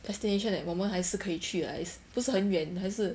destination that 我们还是可以去 like 不是很远还是